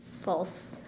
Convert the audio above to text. false